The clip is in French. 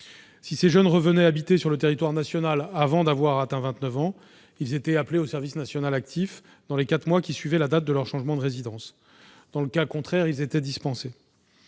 Si ces jeunes revenaient habiter sur le territoire national avant cet âge, ils étaient appelés au service national actif dans les quatre mois suivant la date de leur changement de résidence. Dans le cas contraire, ils étaient dispensés.